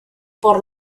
por